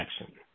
action